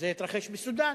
זה התרחש בסודן,